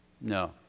No